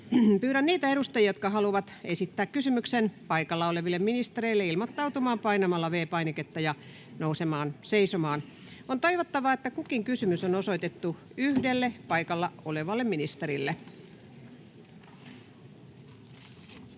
Pyydän niitä edustajia, jotka haluavat esittää kysymyksen paikalla oleville ministereille, ilmoittautumaan painamalla P-painiketta ja nousemalla seisomaan. On toivottavaa, että kukin kysymys on osoitettu yhdelle paikalla olevalle ministerille.